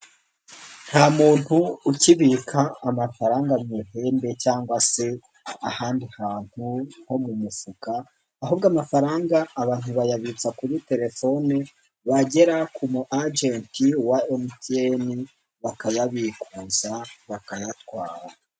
Nta muntu ukibika amafaranga mu ihembe cyangwa se ahandi hantu nko mu mufuka, ahubwo amafaranga abantu bayabitsa kuri telefoni, bagera ku mu agenti wa MTN bakayabikuza bakayatwara.